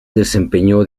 desempeñó